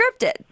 scripted